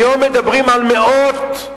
היום מדברים על מאות,